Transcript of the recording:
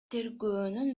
тергөөнүн